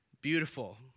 beautiful